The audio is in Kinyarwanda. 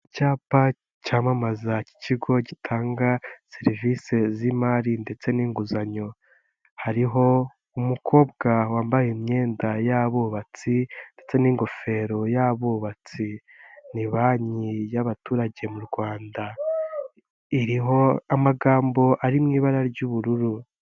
Icyapa cyamamaza cy'ikigo gitanga serivisi z'imari ndetse n'inguzanyo hariho umukobwa wambaye imyenda y'abubatsi ndetse n'ingofero y'abubatsi ni banki y'abaturage mu rwanda iriho amagambo ari mu ibara ry'ubururu.